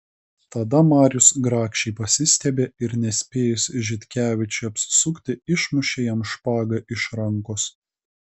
tada marius grakščiai pasistiebė ir nespėjus žitkevičiui apsisukti išmušė jam špagą iš rankos